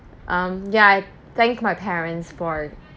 um ya thank my parents for